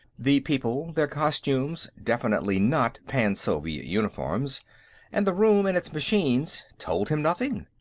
the people, their costumes definitely not pan-soviet uniforms and the room and its machines, told him nothing.